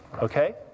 Okay